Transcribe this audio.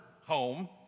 home